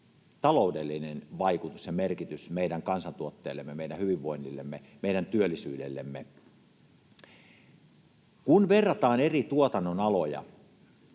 taloudellinen vaikutus ja merkitys meidän kansantuotteellemme, meidän hyvinvoinnillemme, meidän työllisyydellemme. Kun verrataan eri tuotannonaloja